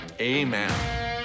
amen